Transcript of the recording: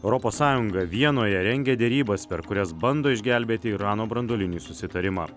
europos sąjunga vienoje rengia derybas per kurias bando išgelbėti irano branduolinį susitarimą